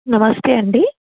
నమస్తే అండి